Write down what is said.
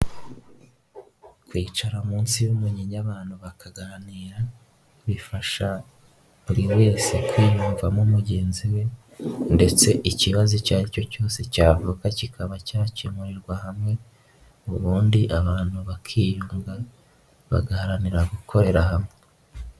Kwicara munsi y'umumenyinya abantu bakaganira, bifasha buri wese kwiyumvamo mugenzi we ndetse ikibazo icyo ari cyo cyose cyavuka kikaba cyakemurirwa hamwe, ubundi abantu bakiyunga bagaharanira gukorera hamwe.